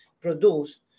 produce